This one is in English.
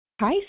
Hi